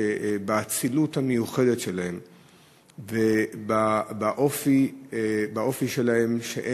שבאצילות המיוחדת שלהם ובאופי שלהם הם